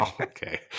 Okay